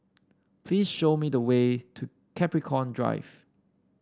please show me the way to Capricorn Drive